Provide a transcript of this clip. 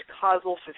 causal